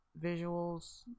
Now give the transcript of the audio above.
visuals